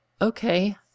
okay